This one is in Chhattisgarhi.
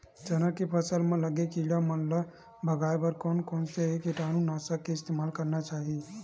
चना के फसल म लगे किड़ा मन ला भगाये बर कोन कोन से कीटानु नाशक के इस्तेमाल करना चाहि?